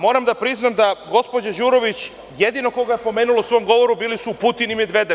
Moram da priznam da gospođa Đurović jedino koga je pomenula u svom govoru bili su Putin i Medvedev.